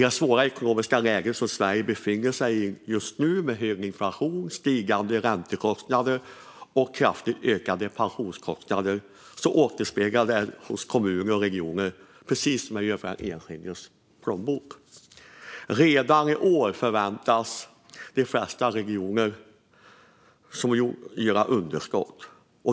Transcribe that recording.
Det svåra ekonomiska läge som Sverige befinner sig i just nu, med hög inflation, stigande räntekostnader och kraftigt ökande pensionskostnader, återspeglas hos kommuner och regioner, precis som i den enskildes plånbok. Redan i år förväntas de flesta regioner göra underskott.